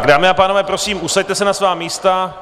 Dámy a pánové, prosím, usaďte se na svá místa.